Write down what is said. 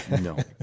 No